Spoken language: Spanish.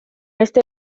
este